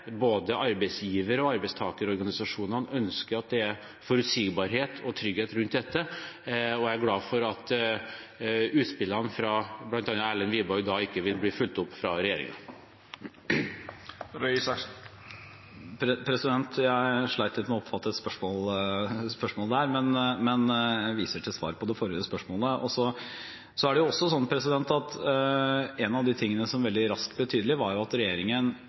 Både arbeidsgiver- og arbeidstakerorganisasjonene ønsker at det er forutsigbarhet og trygghet rundt dette, og jeg er glad for at utspillene fra bl.a. Erlend Wiborg ikke vil bli fulgt opp av regjeringen. Jeg slet litt med å oppfatte et spørsmål her, men jeg viser til svaret på det forrige spørsmålet. Det er også slik at en av de tingene som veldig raskt ble tydelig, var at regjeringen,